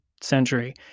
century